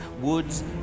woods